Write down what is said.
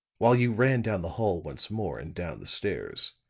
while you ran down the hall once more and down the stairs.